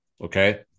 Okay